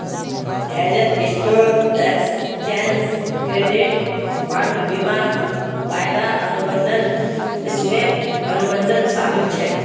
हेजत stock, exchange traded fund, बीमा, वायदा अनुबंध, स्वैप, अनुबंध शामिल छेक